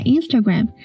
Instagram